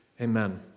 Amen